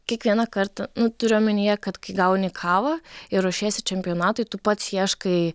kiekvieną kartą nu turiu omenyje kad kai gauni kavą ir ruošiesi čempionatui tu pats ieškai